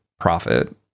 profit